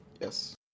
Yes